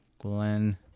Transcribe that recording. Glenn